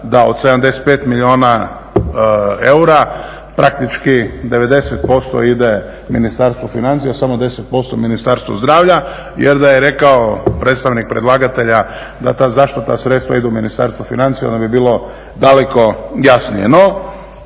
da od 75 milijuna eura praktički 90% ide Ministarstvu financija, samo 10% Ministarstvu zdravlja jer da je rekao predstavnik predlagatelja da ta, zašto ta sredstva idu Ministarstvu financija, da bi bilo daleko jasnije.